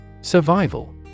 Survival